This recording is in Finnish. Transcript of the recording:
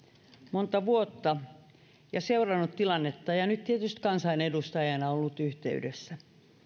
monta vuotta ja seurannut tilannetta ja nyt tietysti kansanedustajana ollut yhteydessä